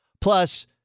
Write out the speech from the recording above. Plus